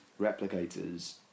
replicators